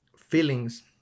feelings